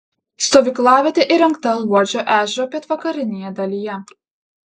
stovyklavietė įrengta luodžio ežero pietvakarinėje dalyje